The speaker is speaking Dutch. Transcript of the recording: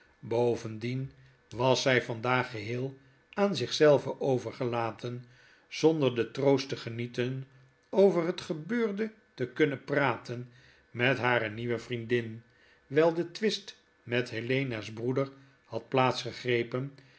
bovendien was zy vandaas geheel aan zich zelve overgelaten zonder dentroost tegenieten over het gebeurde te kunnen praten met hare nieuwe vriendin wyl de twist met helena's broeder had plaats gegrepen